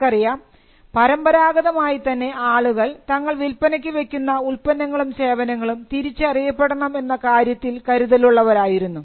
നമുക്കറിയാം പരമ്പരാഗതമായിത്തന്നെ ആളുകൾ തങ്ങൾ വിൽപ്പനയ്ക്ക് വെക്കുന്ന ഉൽപ്പന്നങ്ങളും സേവനങ്ങളും തിരിച്ചറിയപ്പെടണം എന്ന കാര്യത്തിൽ കരുതൽലുള്ളവരായിരുന്നു